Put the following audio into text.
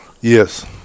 Yes